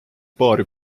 paari